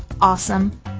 awesome